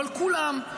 אבל כולם,